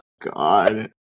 god